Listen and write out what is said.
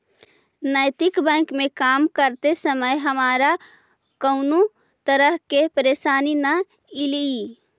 नैतिक बैंक में काम करते समय हमारा कउनो तरह के परेशानी न ईलई